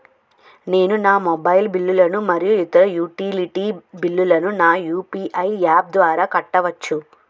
నేను నా మొబైల్ బిల్లులు మరియు ఇతర యుటిలిటీ బిల్లులను నా యు.పి.ఐ యాప్ ద్వారా కట్టవచ్చు